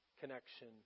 connection